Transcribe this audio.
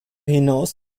hinaus